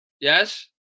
Yes